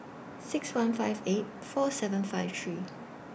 six one five eight four seven five three